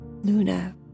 Luna